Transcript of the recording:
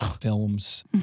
films